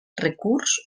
recurs